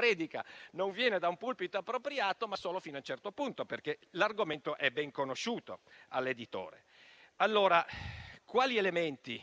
predica non viene da un pulpito appropriato e, solo fino a un certo punto, essendo l'argomento ben conosciuto all'editore. Quali elementi